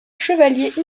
chevalier